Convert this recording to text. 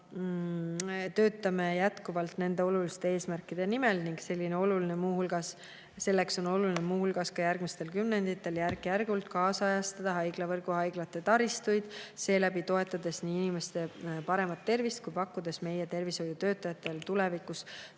Töötame jätkuvalt nende oluliste eesmärkide nimel ning muu hulgas on oluline ka järgmistel kümnenditel järk-järgult kaasajastada haiglavõrgu haiglate taristut, seeläbi toetades nii inimeste paremat tervist kui ka pakkudes meie tervishoiutöötajatele tulevikus